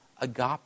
agape